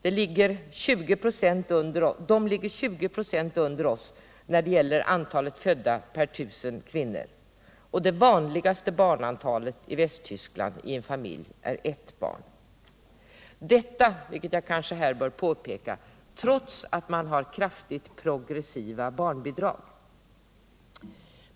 Man ligger där 20 96 under Sverige när det gäller antalet födda per 1000 kvinnor. Det vanligaste barnantalet per familj i Västtyskland är ett barn — detta, vill jag påpeka, trots att man har kraftigt progressiva barnbidrag.